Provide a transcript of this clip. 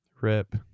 Rip